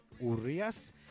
Urias